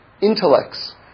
intellects